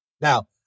Now